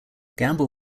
gamble